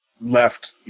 left